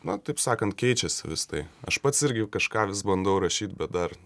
na taip sakant keičiasi vis tai aš pats irgi kažką vis bandau rašyt bet dar